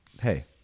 Hey